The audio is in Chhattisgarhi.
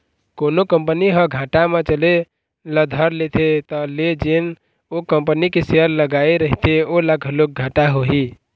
कोनो कंपनी ह घाटा म चले ल धर लेथे त ले जेन ओ कंपनी के सेयर लगाए रहिथे ओला घलोक घाटा होही